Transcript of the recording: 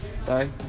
sorry